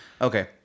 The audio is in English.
Okay